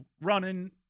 running